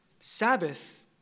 Sabbath